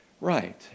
right